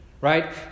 right